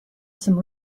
some